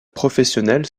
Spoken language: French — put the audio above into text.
professionnels